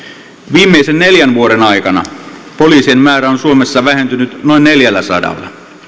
viimeisten neljän vuoden aikana poliisien määrä on suomessa vähentynyt noin neljälläsadalla